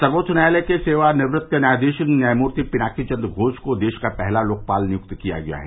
सर्वोच्च न्यायालय के सेवानिवृत्त न्यायाधीश न्यायमूर्ति पिनाकी चंद्र घोष को देश का पहला लोकपाल नियुक्त किया गया है